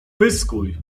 pyskuj